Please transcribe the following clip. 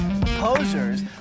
Posers